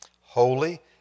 holy